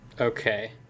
Okay